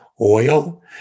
oil